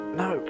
no